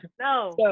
No